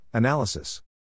Analysis